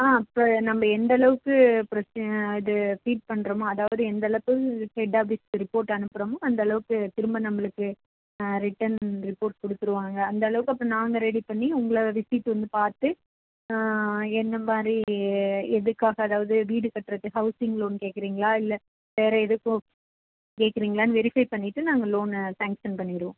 ஆ இப்போ நம்ப எந்த அளவுக்கு ப்ரொ அது ஸ்பீட் பண்ணுறமோ அதாவது எந்த அளவுக்கு ஹெட் ஆபீஸ்க்கு ரிப்போர்ட் அனுப்புறோமோ அந்த அளவுக்கு திரும்ப நம்மளுக்கு ரிட்டன் ரிப்போர்ட் கொடுத்துருவாங்க அந்த அளவுக்கு அப்போ நாங்கள் ரெடி பண்ணி உங்களை ரிபீட் வந்து பார்த்து என்ன மாதிரி எதுக்காக அதாவது வீடு கட்டுறது ஹவுஸிங் லோன் கேட்குறீங்களா இல்லை வேற எதுக்கும் கேட்குறீங்களான்னு வெரிஃபை பண்ணிவிட்டு நாங்கள் லோனை சாங்ஷன் பண்ணிவிடுவோம்